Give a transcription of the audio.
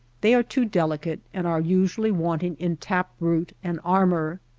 they are too delicate and are usually wanting in tap root and armor.